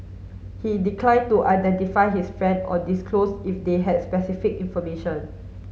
he declined to identify his friend or disclose if they had specific information